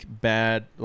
bad